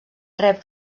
rep